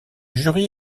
jury